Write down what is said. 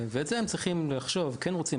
ועל זה הם צריכים לחשוב כן רוצים,